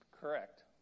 correct